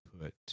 put